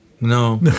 no